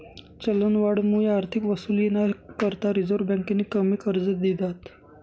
चलनवाढमुये आर्थिक वसुलीना करता रिझर्व्ह बँकेनी कमी कर्ज दिधात